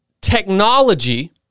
technology